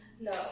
No